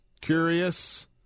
curious